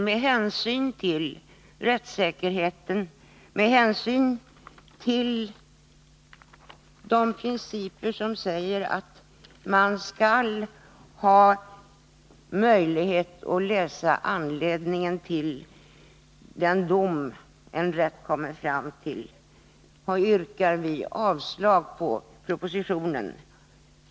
Med hänsyn till rättssäkerheten och de principer som säger att man skall ha möjlighet att läsa anledningen till den dom en rätt kommer fram till yrkar vi avslag på propositionen.